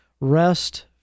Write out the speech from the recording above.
rest